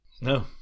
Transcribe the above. No